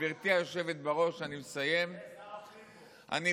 גברתי היושבת בראש, אני מסיים.